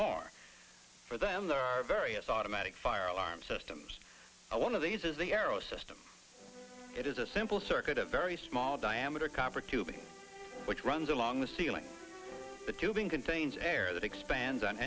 more for them there are various automatic fire alarm systems one of these is the arrow system it is a simple circuit a very small diameter copper tubing which runs along the ceiling the tubing contains air that expands on